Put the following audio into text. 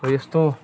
र यस्तो